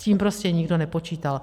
S tím prostě nikdo nepočítal.